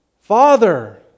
Father